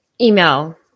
email